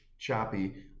choppy